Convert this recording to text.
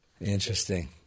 Interesting